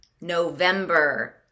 November